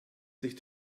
sich